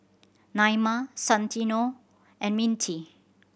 Naima Santino and Mintie